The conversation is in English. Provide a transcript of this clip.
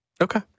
Okay